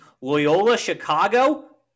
Loyola-Chicago